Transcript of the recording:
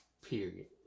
Period